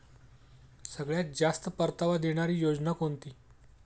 सगळ्यात जास्त परतावा देणारी योजना कोणती?